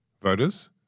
voters